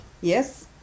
Yes